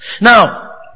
Now